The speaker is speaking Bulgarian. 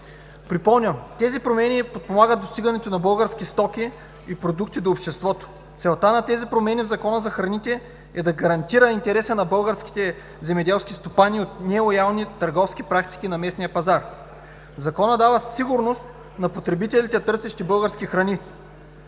Припомням, тези промени подпомагат достигането на български стоки и продукти до обществото. Целта на тези промени в Закона за храните е да гарантира интереса на българските земеделски стопани от нелоялни търговски практики на местния пазар. Законът дава сигурност на потребителите, търсещи български храни,